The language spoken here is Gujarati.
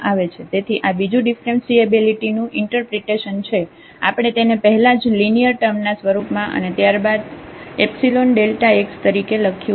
તેથી આ બીજુ ડિફરન્સીએબીલીટી નું ઇન્ટરપ્રિટેશન છે આપણે તેને પહેલાં જ લિનિયર ટર્મના સ્વરૂપમાં અને ત્યારબાદ ϵΔx તરીકે લખ્યું હતું